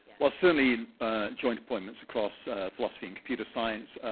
well, certainly joint deployments across philosophy and computer science.